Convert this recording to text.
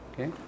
Okay